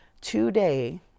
Today